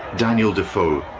daniel defoe,